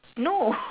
no